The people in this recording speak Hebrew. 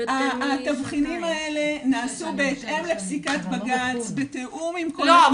התבחינים האלה נעשו בהתאם לפסיקת בג"ץ בתיאום עם כל --- לא,